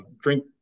drink